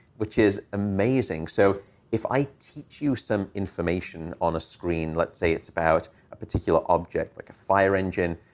which is amazing. so if i teach you some information on a screen. let's say it's about a particular object, like a fire engine,